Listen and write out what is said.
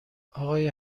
آقای